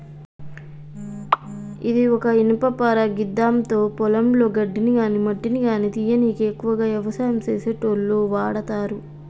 ఇది ఒక ఇనుపపార గిదాంతో పొలంలో గడ్డిని గాని మట్టిని గానీ తీయనీకి ఎక్కువగా వ్యవసాయం చేసేటోళ్లు వాడతరు